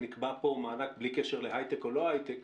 נקבע פה מענק בלי קשר להיי-טק או לא היי-טק.